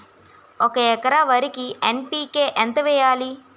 ఒక ఎకర వరికి ఎన్.పి.కే ఎంత వేయాలి?